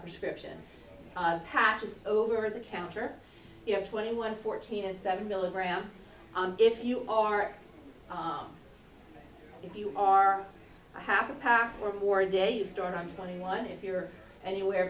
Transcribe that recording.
prescription patches over the counter you know twenty one fourteen and seven milligram if you are if you are half a pack or more days store i'm twenty one if you're anywhere